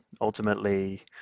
ultimately